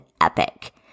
epic